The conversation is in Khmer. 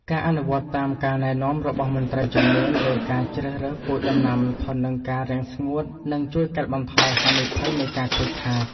ការអនុវត្តតាមការណែនាំរបស់មន្ត្រីជំនាញលើការជ្រើសរើសពូជដំណាំធន់នឹងការរាំងស្ងួតនឹងជួយកាត់បន្ថយហានិភ័យនៃការខូចខាត។